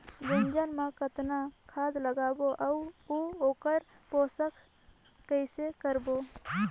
गुनजा मा कतना खाद लगाबो अउ आऊ ओकर पोषण कइसे करबो?